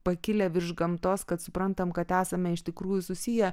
pakilę virš gamtos kad suprantam kad esame iš tikrųjų susiję